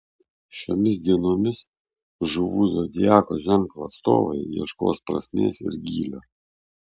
šiomis dienomis žuvų zodiako ženklo atstovai ieškos prasmės ir gylio